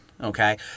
okay